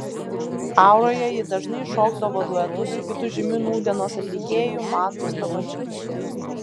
auroje ji dažnai šokdavo duetu su kitu žymiu nūdienos atlikėju mantu stabačinsku